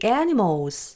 animals